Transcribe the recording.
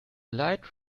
light